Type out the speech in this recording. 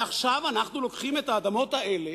ועכשיו אנחנו לוקחים את האדמות האלה,